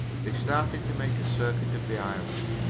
they started to make a circuit of the island.